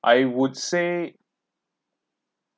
I would say